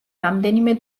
რამდენიმე